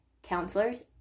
counselors